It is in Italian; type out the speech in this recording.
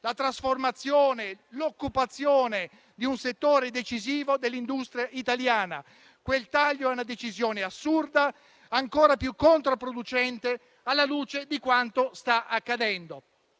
la trasformazione e l'occupazione di un settore decisivo dell'industria italiana. Quel taglio è una decisione assurda, ancora più controproducente alla luce di quanto sta accadendo.